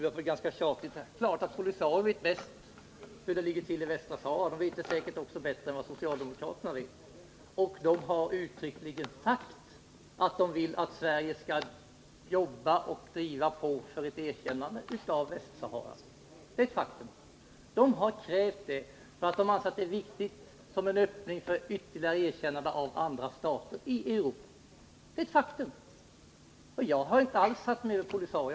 Herr talman! Det här börjar bli rätt tjatigt. Det är klart att POLISA RIO bäst känner till hur det ligger till i Västra Sahara. De har uttryckligen sagt att de vill att Sverige skall jobba för ett erkännande av staten Västra Sahara. Det är ett faktum. De anser att detta är viktigt som en öppning för ytterligare erkännanden i andra stater i Europa. Jag har inte alls satt mig över POLISARIO.